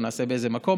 נעשה באיזה מקום.